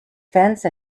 fence